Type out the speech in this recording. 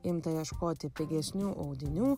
imta ieškoti pigesnių audinių